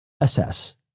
assess